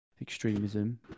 extremism